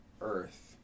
Earth